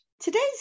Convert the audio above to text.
Today's